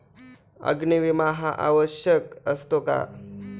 अग्नी विमा हा आवश्यक असतो का?